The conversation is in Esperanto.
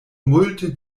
multe